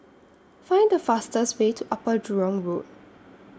Find The fastest Way to Upper Jurong Road